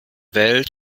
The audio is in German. welt